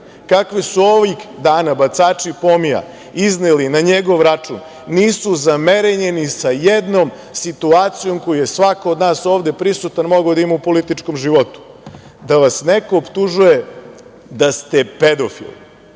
kakve su ovih dana bacači pomija izneli na njegov račun nisu za merenje ni sa jednom situacijom koju je svako od nas ovde prisutan mogao da ima u političkom životu. Da vas neko optužuje da ste pedofil,